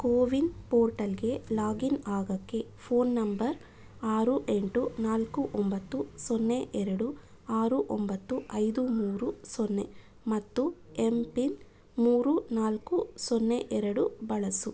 ಕೋವಿನ್ ಪೋರ್ಟಲ್ಗೆ ಲಾಗಿನ್ ಆಗೋಕ್ಕೆ phone number ಆರು ಎಂಟು ನಾಲ್ಕು ಒಂಬತ್ತು ಸೊನ್ನೆ ಎರಡು ಆರು ಒಂಬತ್ತು ಐದು ಮೂರು ಸೊನ್ನೆ ಮತ್ತು ಎಂ ಪಿನ್ ಮೂರು ನಾಲ್ಕು ಸೊನ್ನೆ ಎರಡು ಬಳಸು